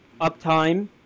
uptime